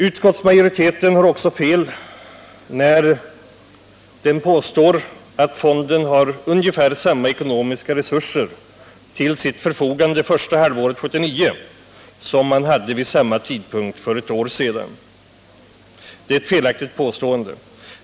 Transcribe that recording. Utskottsmajoriteten har också fel, när den påstår att fonden har ungefär samma ekonomiska resurser till sitt förfogande under första halvåret 1979 som för ett år sedan.